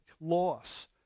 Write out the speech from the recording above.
loss